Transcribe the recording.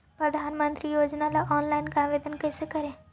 प्रधानमंत्री योजना ला ऑनलाइन आवेदन कैसे करे?